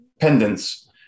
pendants